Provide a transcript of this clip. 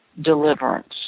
deliverance